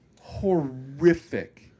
horrific